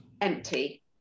empty